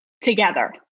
Together